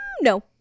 no